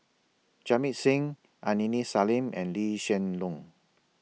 Jamit Singh Aini Salim and Lee Hsien Loong